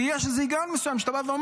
כי יש איזה היגיון מסוים כשאתה אומר